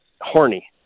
horny